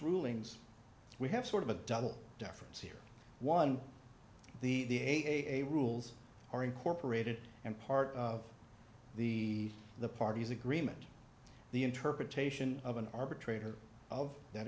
rulings we have sort of a double deference here one the the a rules are incorporated and part of the the parties agreement the interpretation of an arbitrator of that